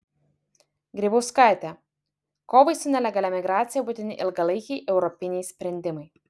grybauskaitė kovai su nelegalia migracija būtini ilgalaikiai europiniai sprendimai